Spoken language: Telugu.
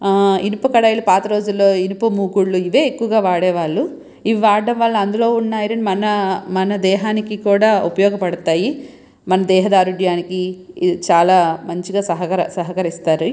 ఇనుప కడాయిలు పాత రోజుల్లో ఇనుప మూకుడులు ఇవే ఎక్కువగా వాడే వాళ్ళు ఇవి వాడడం వలన అందులో వున్న ఐరన్ మన మన దేహానికి కూడా ఉపయోగ పడుతాయి మన దేహధారుడ్యానికి చాలా మంచిగా సహకర సహకరిస్తాయి